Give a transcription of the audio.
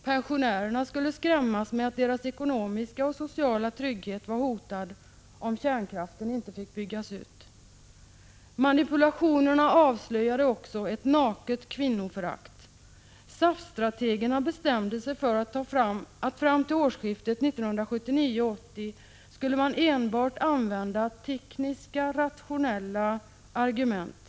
Pensionärerna skulle skrämmas med att deras ekonomiska och sociala trygghet var hotad om kärnkraften inte fick byggas ut. Manipulationerna avslöjade också ett naket kvinnoförakt. SAF-strategerna bestämde sig för att fram till årsskiftet 1979-1980 enbart använda tekniska och rationella argument.